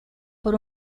por